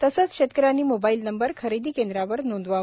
तसेच शेतकऱ्यांनी mobile number खरेदी केंद्रावर नोंदवावा